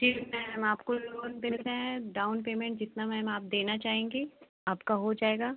जी ma'am आपको loan मिलता है डाउन पेमेंट जितना मैम आप देना चाहेंगी आपका हो जाएगा